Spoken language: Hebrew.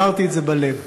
אמרתי את זה בלב.